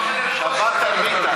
בחדר הכושר,